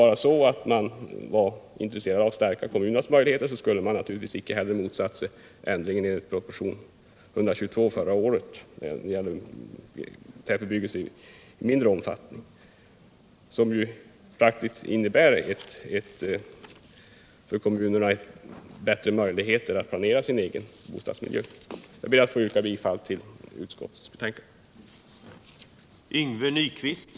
Hade man varit intresserad av att stärka kommunernas möjligheter, hade man naturligtvis icke heller förra året motsatt sig den ändring i propositionen 122 som gäller tätbebyggelse i mindre omfattning och som faktiskt innebär bättre möjligheter för kommunerna att planera sin egen bostadsmiljö. Jag ber att få yrka bifall till utskottets hemställan.